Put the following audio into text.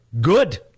Good